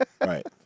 Right